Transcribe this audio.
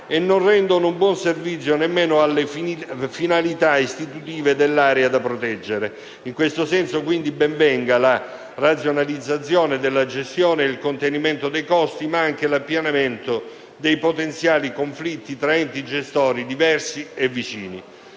e non rendono un buon servizio nemmeno alle finalità istitutive dell'area da proteggere. In questo senso, quindi, ben vengano la razionalizzazione della gestione e il contenimento dei costi, ma anche l'appianamento dei potenziali conflitti tra enti gestori diversi e vicini.